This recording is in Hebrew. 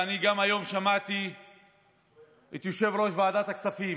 וגם היום שמעתי את יושב-ראש ועדת הכספים,